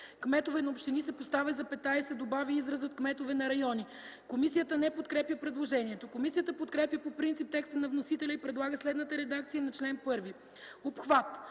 „кметове на общини” се поставя запетая и се добавя изразът „кметове на райони”. Комисията не подкрепя предложението. Комисията подкрепя по принцип текста на вносителя и предлага следната редакция на чл. 1: „Обхват